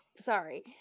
Sorry